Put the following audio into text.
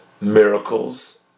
miracles